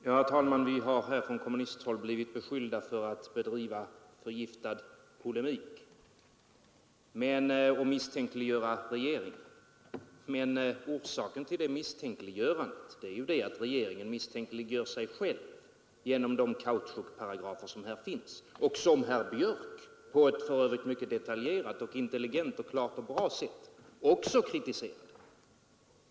Herr talman! Vi har blivit beskyllda för att från kommunistiskt håll bedriva förgiftad polemik och misstänkliggöra regeringen. Men orsaken är ju att regeringen misstänkliggör sig själv genom de kautschukparagrafer som finns — som herr Björk i Göteborg på ett för övrigt mycket detaljerat, intelligent och klart sätt också kritiserade.